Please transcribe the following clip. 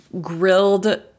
grilled